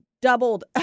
doubled